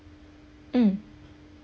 mm